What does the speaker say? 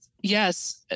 yes